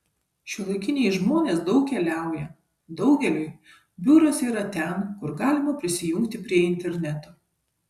šiuolaikiniai žmonės daug keliauja daugeliui biuras yra ten kur galima prisijungti prie interneto